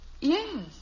Yes